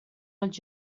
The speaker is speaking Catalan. els